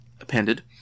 appended